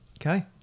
Okay